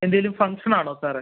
എന്തെങ്കിലും ഫംഗ്ഷൻ ആണോ സാറെ